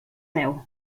veu